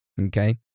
okay